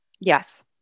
Yes